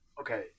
Okay